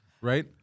right